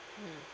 mm